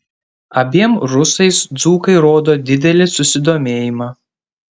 abiem rusais dzūkai rodo didelį susidomėjimą